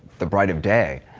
the bright of day.